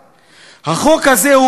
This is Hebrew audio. החוק הזה הוא חוק רודני,